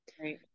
right